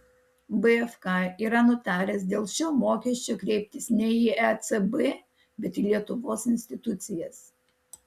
bfk yra nutaręs dėl šio mokesčio kreiptis ne į ecb bet į lietuvos institucijas